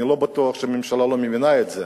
אני לא בטוח שהממשלה לא מבינה את זה.